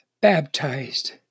Baptized